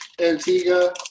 Antigua